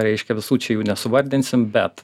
reiškia visų čia jų nusivardinsim bet